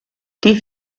die